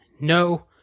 no